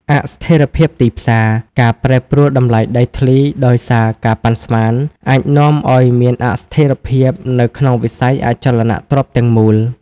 អស្ថិរភាពទីផ្សារ ការប្រែប្រួលតម្លៃដីធ្លីដោយសារការប៉ាន់ស្មាន អាចនាំឲ្យមានអស្ថិរភាពនៅក្នុងវិស័យអចលនទ្រព្យទាំងមូល។